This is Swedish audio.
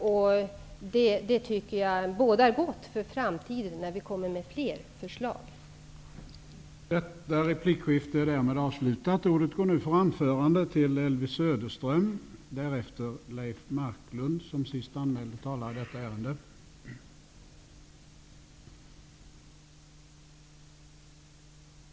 Jag tycker att det bådar gott för den framtida handläggningen av kommande förslag från oss.